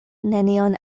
nenion